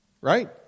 Right